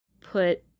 put